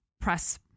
press